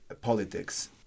politics